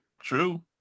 True